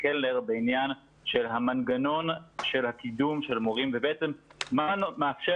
קלנר בעניין של המנגנון של הקידום של מורים ובעצם מה מאפשר